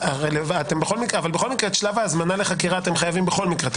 את שלב ההזמנה לחקירה אתם חייבים בכל מקרה.